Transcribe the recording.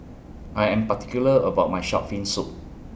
I Am particular about My Shark's Fin Soup